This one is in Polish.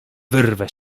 wyrwę